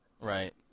Right